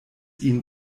ihn